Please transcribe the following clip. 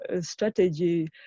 strategy